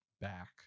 back